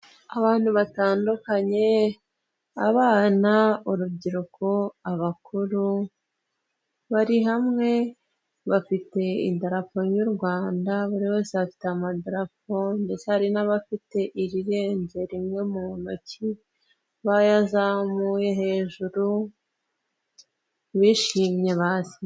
Aantu batandukanye abana, urubyiruko, abakuru bari hamwe bafite inamarapo y'u Rwanda, buri wese afite amadrapo ndetse hari n'abafite irirenze rimwe mu ntoki bayazamuye hejuru bishimye basi.